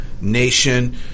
Nation